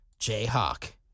Jayhawk